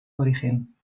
origen